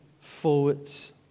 forwards